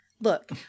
look